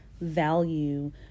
value